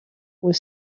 were